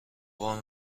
وام